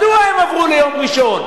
מדוע הם עברו ליום ראשון?